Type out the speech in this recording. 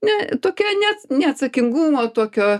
ne tokia ne neatsakingumo tokio